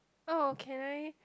oh can I